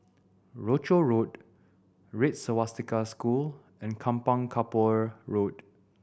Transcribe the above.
Rochor Road Red Swastika School and Kampong Kapor Road